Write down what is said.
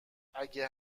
اگه